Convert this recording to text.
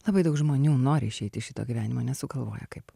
labai daug žmonių nori išeit iš šito gyvenimo nesugalvoja kaip